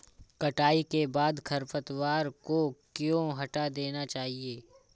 कटाई के बाद खरपतवार को क्यो हटा देना चाहिए?